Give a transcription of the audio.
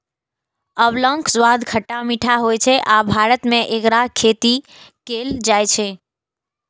आंवलाक स्वाद खट्टा मीठा होइ छै आ भारत मे एकर खेती कैल जाइ छै